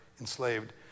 enslaved